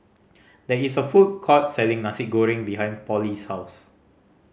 there is a food court selling Nasi Goreng behind Pollie's house